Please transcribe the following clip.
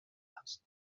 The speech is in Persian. هست